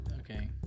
Okay